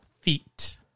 feet